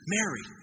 Mary